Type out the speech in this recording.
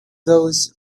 those